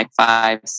five